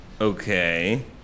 Okay